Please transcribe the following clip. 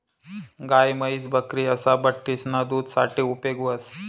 गाय, म्हैस, बकरी असा बठ्ठीसना दूध साठे उपेग व्हस